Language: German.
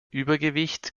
übergewicht